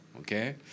okay